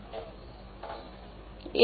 மாணவர் ஆனால் மட்டுமே மீதமுள்ளது